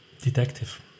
detective